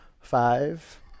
Five